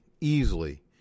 easily